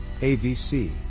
AVC